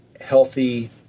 healthy